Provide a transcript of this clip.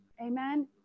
Amen